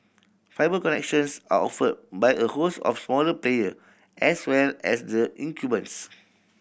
fibre connections are offered by a host of smaller player as well as the incumbents